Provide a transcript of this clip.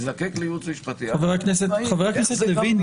תזדקק לייעוץ משפטי --- חבר הכנסת לוין.